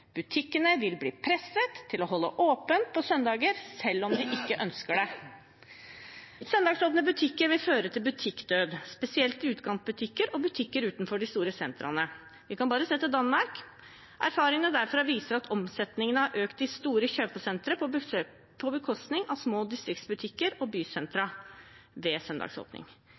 Butikkene vil bli presset til å holde åpent på søndager selv om de ikke ønsker det. Søndagsåpne butikker vil føre til butikkdød, spesielt utkantbutikker og butikker utenfor de store sentrene. Vi kan bare se til Danmark. Erfaringene derfra viser at ved søndagsåpning har omsetningen økt i store kjøpesentre på bekostning av små distriktsbutikker og bysentra.